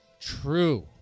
true